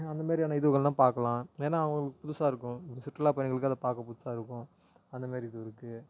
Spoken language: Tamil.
அந்தமாரி ஆனால் இதுகள் எல்லாம் பார்க்கலாம் ஏன்னா அவங்களுக்கு புதுசாக இருக்கும் இந்த சுற்றுலா பயணிகளுக்கு அதை பார்க்க புதுசாக இருக்கும் அந்த மாதிரி இது இருக்குது